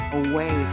away